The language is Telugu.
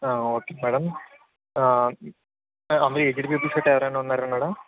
ఓకే మ్యాడం అవును ఏజ్డ్ పీపుల్స్ గట్టా ఎవరన్నా ఉన్నారా మ్యాడం